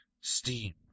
steam